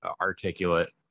articulate